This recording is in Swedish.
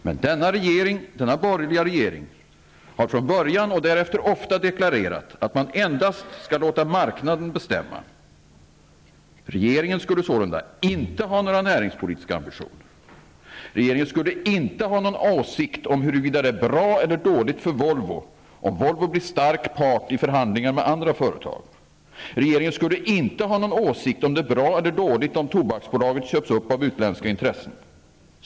Men denna borgerliga regering har från början och därefter ofta deklarerat att endast marknaden skall bestämma. Regeringen skulle sålunda inte ha några näringspolitiska ambitioner. Regeringen skulle inte ha någon åsikt om huruvida det är bra eller dåligt om Volvo blir en stark part i förhandlingar med andra företag. Regeringen skulle inte ha någon åsikt om det är bra eller dåligt om Tobaksbolaget köps upp av utländska intressen.